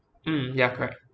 mm ya correct